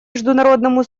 международному